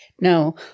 No